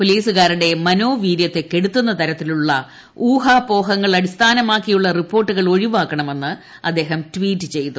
പൊലീസുകാരുടെ മനോവീര്യത്തെ കെടുത്തുന്ന തരത്തിലുള്ള ഊഹാപോഹങ്ങൾ അടിസ്ഥാനമാക്കിയുള്ള റിപ്പോട്ടുകൾ ഒഴിവാക്കണമെന്ന് അദ്ദേഹം ട്വീറ്റ് ചെയ്തു